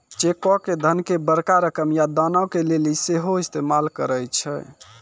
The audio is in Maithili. चेको के धन के बड़का रकम या दानो के लेली सेहो इस्तेमाल करै छै